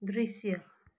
दृश्य